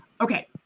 Okay